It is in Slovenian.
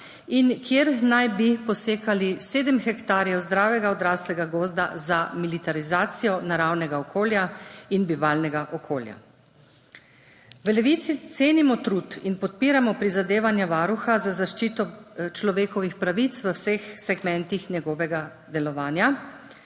in kjer naj bi posekali sedem hektarjev zdravega odraslega gozda za militarizacijo naravnega okolja in bivalnega okolja. V Levici cenimo trud in podpiramo prizadevanja Varuha za zaščito človekovih pravic v vseh segmentih njegovega delovanja.